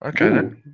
Okay